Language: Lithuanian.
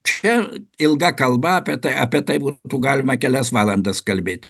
čia ilga kalba apie tai apie tai būtų galima kelias valandas kalbėti